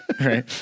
Right